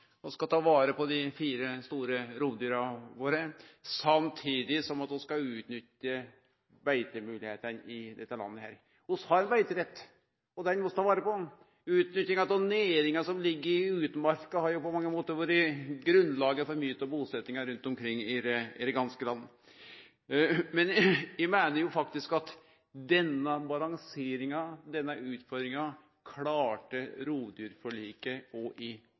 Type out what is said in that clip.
skal ta vare på dei fire store rovdyra våre, samtidig som vi skal nytte beitemoglegheitene i dette landet. Vi har beiterett, og han må vi ta vare på. Utnyttinga av næringa som ligg i utmarka, har på mange måtar vore grunnlaget for mykje av busettinga rundt omkring i heile landet. Men eg meiner faktisk at denne balanseringa, denne utfordringa, klarte